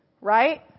Right